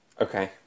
Okay